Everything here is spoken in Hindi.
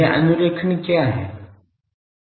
यह अनुरेखण क्या है